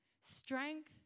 strength